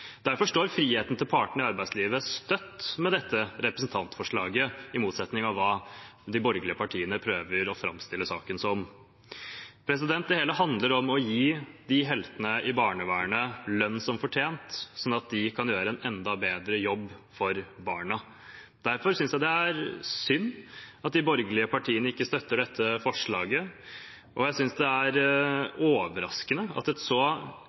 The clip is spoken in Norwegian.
Derfor står friheten til partene i arbeidslivet støtt med dette representantforslaget, i motsetning til hva de borgerlige partiene prøver å framstille saken som. Det hele handler om å gi heltene i barnevernet lønn som fortjent, sånn at de kan gjøre en enda bedre jobb for barna. Derfor synes jeg det er synd at de borgerlige partiene ikke støtter dette forslaget, og jeg synes det er overraskende at et så